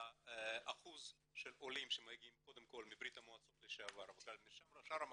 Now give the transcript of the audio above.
אחוז העולים שמגיעים מברית המועצות לשעבר אבל גם משאר המקומות,